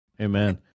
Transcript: Amen